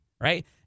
right